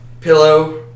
pillow